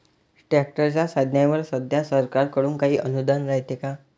ट्रॅक्टरच्या साधनाईवर सध्या सरकार कडून काही अनुदान रायते का?